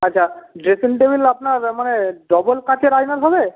আচ্ছা dressing table আপনার মানে ডবল কাচের আয়নার হবে